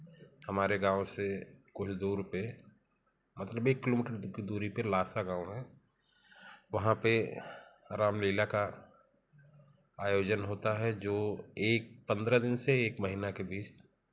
हमारे गाँव से कुछ दूर पर मतलब एक किलो मीटर की दूरी पर लासा गाँव है वहाँ पर रामलीला का आयोजन होता है जो एक पन्द्रह दिन से एक महीना के बीच